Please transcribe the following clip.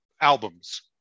albums